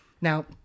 Now